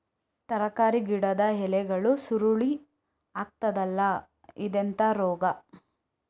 ತರಕಾರಿ ಗಿಡದ ಎಲೆಗಳು ಸುರುಳಿ ಆಗ್ತದಲ್ಲ, ಇದೆಂತ ರೋಗ?